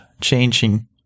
changing